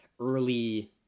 early